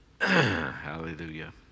Hallelujah